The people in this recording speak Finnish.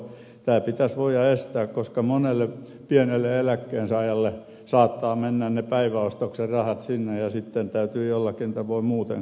tämä pitäisi voida estää koska monella pienen eläkkeen saajalla saattavat mennä ne päiväostoksen rahat sinne ja sitten täytyy jollakin tavoin muuten koettaa elellä